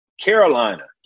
Carolina